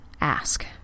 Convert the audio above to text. ask